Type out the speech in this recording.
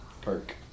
perk